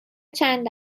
چند